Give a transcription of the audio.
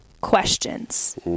questions